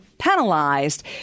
penalized